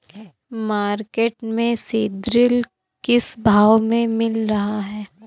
Market में सीद्रिल किस भाव में मिल रहा है?